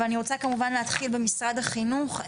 אבל אני רוצה כמובן להתחיל במשרד החינוך.